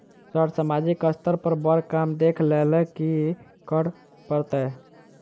Sir सामाजिक स्तर पर बर काम देख लैलकी करऽ परतै?